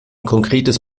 konkretes